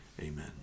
Amen